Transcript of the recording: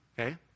okay